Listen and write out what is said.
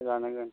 लानांगोन